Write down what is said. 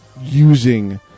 using